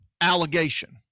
allegation